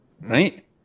right